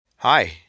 Hi